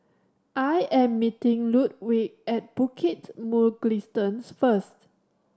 I am meeting Ludwig at Bukit Mugliston first